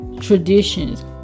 traditions